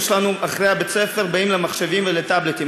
שלנו אחרי בית-הספר באים למחשבים ולטאבלטים.